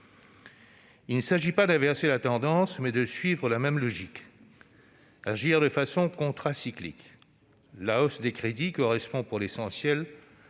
Il ne s'agit pas d'inverser la tendance, mais de suivre la même logique : agir de façon contracyclique. La hausse des crédits correspond pour l'essentiel